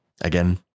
Again